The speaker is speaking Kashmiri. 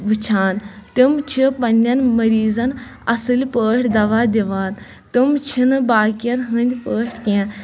وُچھان تِم چھِ پَنٕنٮ۪ن مٔزیٖزَن اَصٕل پٲٹھۍ دوہ دِوان تِم چھِ نہٕ باقٮ۪ن ہٕنٛدۍ پٲٹھۍ کیٚنٛہہ